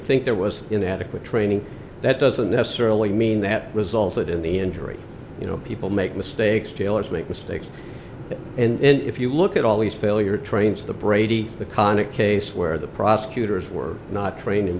think there was inadequate training that doesn't necessarily mean that resulted in the injury you know people make mistakes jailers make mistakes and if you look at all these failure trains the brady the conic case where the prosecutors were not trained in